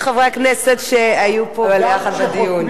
חברי הכנסת שהיו פה ביחד בדיון.